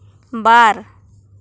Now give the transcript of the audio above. ᱵᱟᱨ